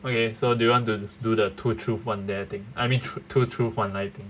okay so do you want to do the two truth one dare thing I mean two truth one lie thing